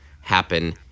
happen